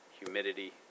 humidity